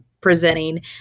presenting